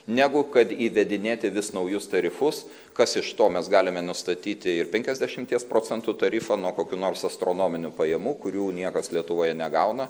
negu kad įvedinėti vis naujus tarifus kas iš to mes galime nustatyti ir penkiasdešimties procentų tarifą nuo kokių nors astronominių pajamų kurių niekas lietuvoje negauna